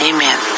Amen